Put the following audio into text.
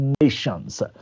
nations